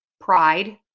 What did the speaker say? pride